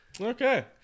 Okay